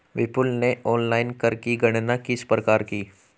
विपुल ने ऑनलाइन कर की गणना किस प्रकार की?